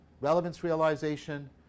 relevance-realization